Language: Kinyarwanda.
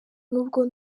nubwo